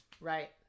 Right